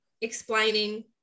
explaining